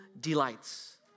delights